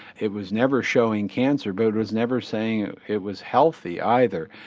it was never showing cancer but it was never saying it was healthy either.